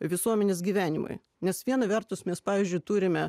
visuomenės gyvenimui nes viena vertus mes pavyzdžiui turime